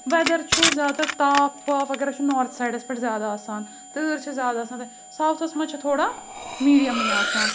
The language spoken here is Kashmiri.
وؠدَر چھُ زیادٕ تاپھ واپھ اَگرَے چھُ نارٕتھ سایڈَس پؠٹھ زیادٕ آسان تٟر چھےٚ زیادٕ آسان ساوُتھَس منٛز چھےٚ تھوڑا میٖڈِیَمٕے آسان